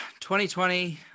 2020